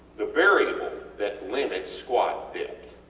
the variable that limits squat depth.